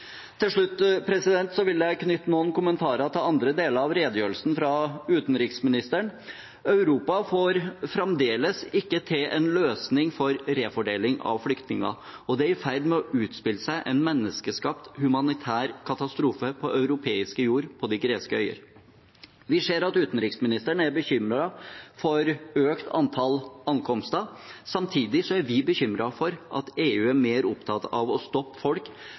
Til slutt vil jeg knytte noen kommentarer til andre deler av redegjørelsen fra utenriksministeren. Europa får fremdeles ikke til en løsning for refordeling av flyktninger, og det er i ferd med å utspille seg en menneskeskapt humanitær katastrofe på europeisk jord, på de greske øyene. Vi hører at utenriksministeren er bekymret for et økt antall ankomster. Samtidig er vi bekymret for at EU er mer opptatt av å stoppe folk